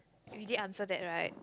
and he did answer that right